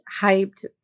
hyped